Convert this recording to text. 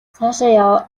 цаашаа